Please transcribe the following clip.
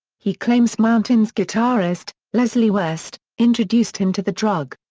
he claims mountain's guitarist, leslie west, introduced him to the drug.